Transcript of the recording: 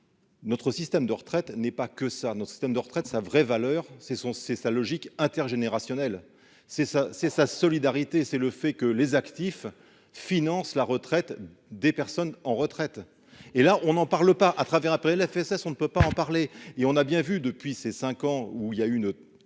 Notre système de retraite n'est pas que ça, notre système de retraite sa vraie valeur, c'est son c'est sa logique intergénérationnel, c'est ça, c'est sa solidarité, c'est le fait que les actifs financent la retraite des personnes en retraite et là on en parle pas, à travers un PLFSS on ne peut pas en parler et on a bien vu depuis ces 5 ans où il y a une